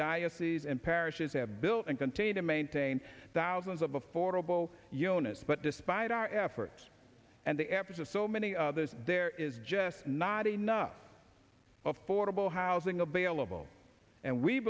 dioceses and parishes have built and continue to maintain that thousands of affordable units but despite our efforts and the efforts of so many others there is just not enough of portable housing available and we